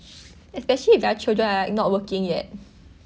especially their children are not working yet